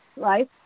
right